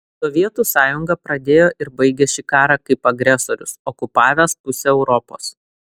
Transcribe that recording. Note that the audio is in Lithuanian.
sovietų sąjunga pradėjo ir baigė šį karą kaip agresorius okupavęs pusę europos